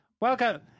welcome